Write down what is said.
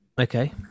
Okay